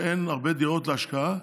כשאין הרבה דירות להשקעה,